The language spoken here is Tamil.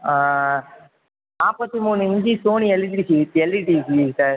ஆ நாற்பத்து மூணு inch Sony LED TV LED TV sir